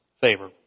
favor